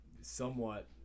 somewhat